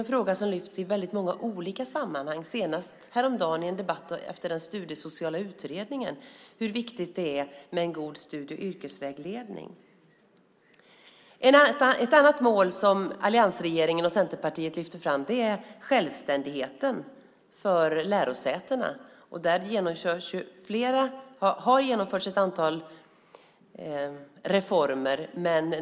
En fråga som lyfts fram i väldigt många olika sammanhang, senast häromdagen i en debatt efter den studiesociala utredningen, är hur viktigt det är med en god studie och yrkesvägledning. Ett annat mål som alliansregeringen och Centerpartiet lyfter fram är självständigheten för lärosätena. Där har genomförts ett antal reformer.